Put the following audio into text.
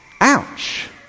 Ouch